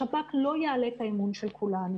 השב"כ לא יעלה את האמון של כולנו.